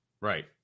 Right